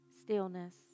stillness